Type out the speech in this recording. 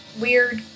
weird